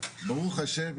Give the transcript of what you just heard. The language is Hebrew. ברוך השם,